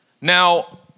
Now